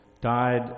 died